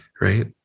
Right